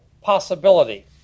possibility